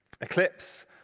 eclipse